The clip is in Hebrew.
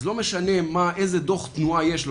לא משנה איזה דוח תנועה יש לו,